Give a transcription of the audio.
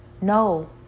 No